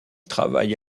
travaille